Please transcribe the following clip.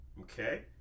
Okay